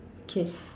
K